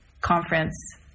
conference